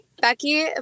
Becky